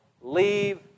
Leave